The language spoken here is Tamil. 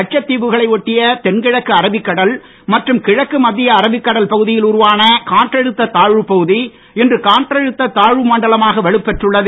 லட்சத் தீவுகளை ஒட்டிய தென்கிழக்கு அரபிக்கடல் மற்றும் கிழக்கு மத்திய அரபிக் கடல் பகுதியில் உருவான காற்றழுத்தத் தாழ்வுப் பகுதி இன்று காற்றழுத்தத் தாழ்வு மண்டலமாக வலுப்பெற்றுள்ளது